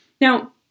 Now